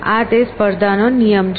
તે આ સ્પર્ધાનો નિયમ છે